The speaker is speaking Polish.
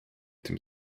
tym